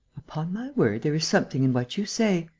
upon my word, there is something in what you say.